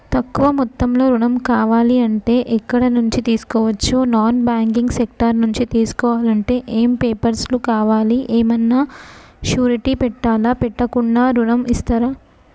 తక్కువ మొత్తంలో ఋణం కావాలి అంటే ఎక్కడి నుంచి తీసుకోవచ్చు? నాన్ బ్యాంకింగ్ సెక్టార్ నుంచి తీసుకోవాలంటే ఏమి పేపర్ లు కావాలి? ఏమన్నా షూరిటీ పెట్టాలా? పెట్టకుండా ఋణం ఇస్తరా?